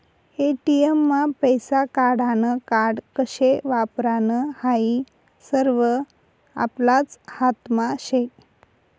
ATM मा पैसा काढानं कार्ड कशे वापरानं हायी सरवं आपलाच हातमा शे